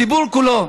הציבור כולו,